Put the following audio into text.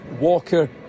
Walker